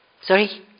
sorry